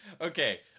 okay